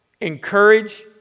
encourage